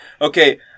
Okay